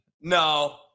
No